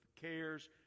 cares